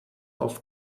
auf